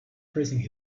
praising